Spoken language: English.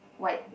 white